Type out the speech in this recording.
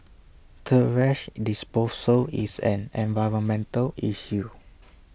thrash disposal is an environmental issue